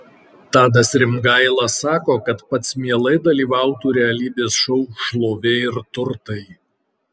tadas rimgaila sako kad pats mielai dalyvautų realybės šou šlovė ir turtai